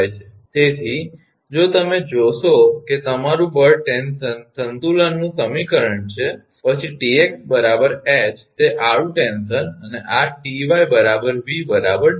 તેથી જો તમે જોશો કે તમારું બળ ટેન્શન સંતુલનનું સમીકરણ પછે 𝑇𝑥 𝐻 તે આડું ટેન્શન અને આ 𝑇𝑦 𝑉 𝑊𝑠